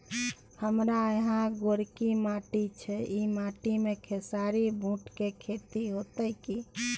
हमारा यहाँ गोरकी माटी छै ई माटी में खेसारी, बूट के खेती हौते की?